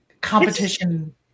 competition